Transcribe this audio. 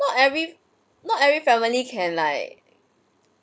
not every not every family can like